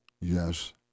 Yes